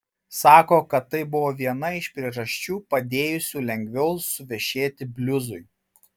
sako kad tai buvo viena iš priežasčių padėjusių lengviau suvešėti bliuzui